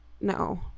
No